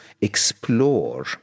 explore